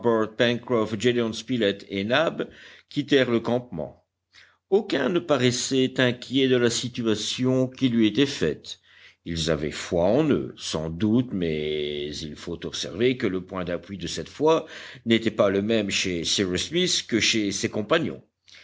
quittèrent le campement aucun ne paraissait inquiet de la situation qui lui était faite ils avaient foi en eux sans doute mais il faut observer que le point d'appui de cette foi n'était pas le même chez cyrus smith que chez ses compagnons